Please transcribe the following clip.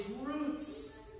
roots